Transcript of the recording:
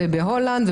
בהולנד,